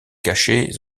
cachait